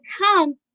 come